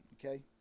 okay